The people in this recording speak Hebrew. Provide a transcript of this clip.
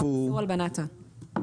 חוק איסור הלבנת הון.